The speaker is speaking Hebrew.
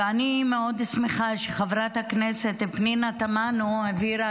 ואני מאוד שמחה שחברת הכנסת פנינה תמנו גם העבירה